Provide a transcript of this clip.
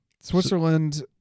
Switzerland